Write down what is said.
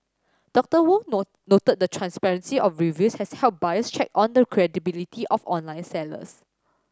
Dr Wong no noted the transparency of reviews has helped buyers check on the credibility of online sellers